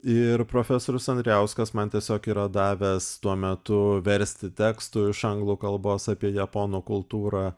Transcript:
ir profesorius andrijauskas man tiesiog yra davęs tuo metu versti tekstų iš anglų kalbos apie japonų kultūrą